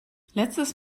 letztes